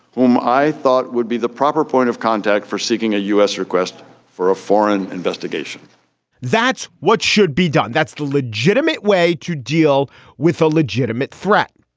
whom i thought would be the proper point of contact for seeking a u s. request for a foreign investigation that's what should be done. that's the legitimate way to deal with a legitimate threat.